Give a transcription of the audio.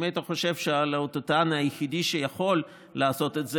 כי אם היית חושב שהלהטוטן היחידי שיכול לעשות את זה,